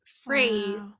phrase